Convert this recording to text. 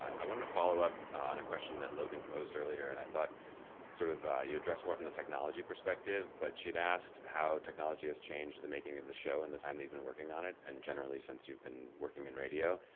i wand to follow up on a question that logan posed earlier, and i thought sort of ah you addressed more from the technology perspective. but she had asked how technology has changed the making of the show in the time that you've been working on it, and generally since you've been working in radio.